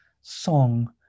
song